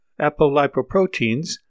apolipoproteins